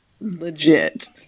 legit